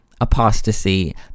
apostasy